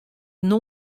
nea